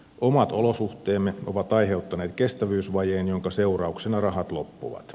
omat olosuhteemme ovat aiheuttaneet kestävyysvajeen jonka seurauksena rahat loppuvat